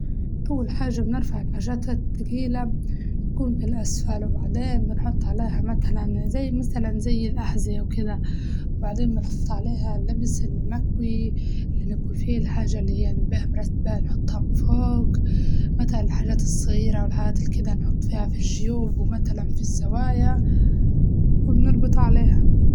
أول حاجة بنرفع الحاجات التقيلة تكون في الأسفل، وبعدين بنحط عليها متلاً زي متلاً زي الأحزية وكدة وبعدين بنحط عليها اللبس المكوي اللي نكوي فيه الحاجة اللي نبيها مرتبة نحطها من فوق، متلاً الحاجات الصغيرة والحاجات اللي كدة نحطها في الجيوب ومتلاً في الزوايا، وبنربط عليها.